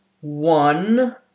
one